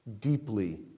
deeply